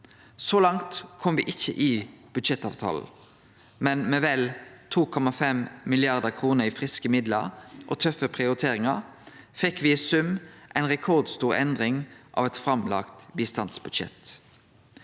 Så langt kom me ikkje i budsjettavtalen, men med vel 2,5 mrd. kr i friske midlar og tøffe prioriteringar fekk me i sum ei rekordstor endring av eit framlagt bistandsbudsjett.